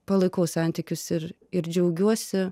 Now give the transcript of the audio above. palaikau santykius ir ir džiaugiuosi